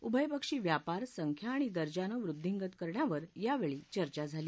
उभयपक्षी व्यापार संख्या आणि दर्जाने वृद्धींगत करण्यावर यावेळी चर्चा झाली